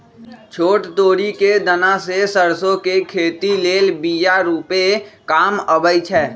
छोट तोरि कें दना से सरसो के खेती लेल बिया रूपे काम अबइ छै